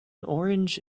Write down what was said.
orange